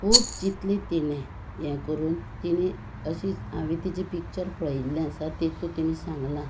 खूब जितली तिणें हें करून तिणें अशींच हांवें तिचें पिक्चर पळयल्लें आसा तातून तिणें सांगलां